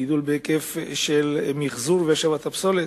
גידול בהיקף המיחזור והשבת הפסולת.